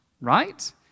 right